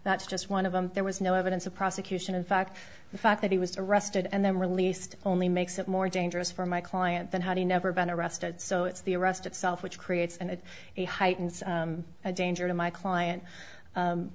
that's just one of them there was no evidence of prosecution in fact the fact that he was arrested and then released only makes it more dangerous for my client then how do you never been arrested so it's the arrest itself which creates and a heightened danger to my client